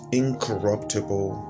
incorruptible